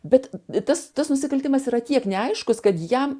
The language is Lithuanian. bet tas tas nusikaltimas yra tiek neaiškus kad jam